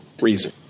reason